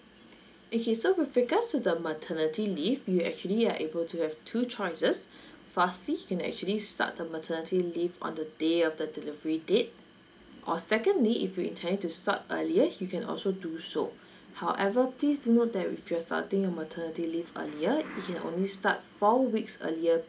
okay so with regards to the maternity leave you actually are able to have two choices firstly you can actually start the maternity leave on the day of the delivery date or secondly if you're intending to start earlier you can also do so however please do note that if you're starting your maternity leave earlier it can only start four weeks earlier